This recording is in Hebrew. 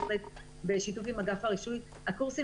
וזה בהחלט בשיתוף עם אגף הרישוי הקורסים